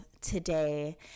today